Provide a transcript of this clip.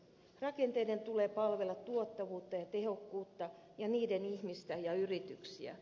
rakenteiden tulee palvella tuottavuutta ja tehokkuutta ja niiden ihmistä ja yrityksiä